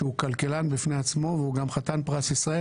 שהוא כלכלן בפני עצמו והוא גם חתן "פרס ישראל",